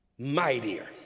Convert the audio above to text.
Mightier